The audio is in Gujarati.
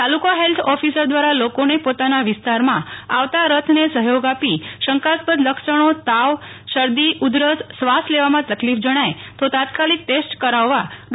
તાલુકા હેલ્થ ઓફીસર દ્રારા લોકોને પોતાના વિસ્તારમાં આવતા રથને સહયોગ આપી શંકાસ્પદ લક્ષણો તાવ શરદી ઉધરસ ક્ષ્વાસ લેવામાં તકલીફ જણાય તો તાત્કાલીક ટેસ્ટ કરાવવા ડો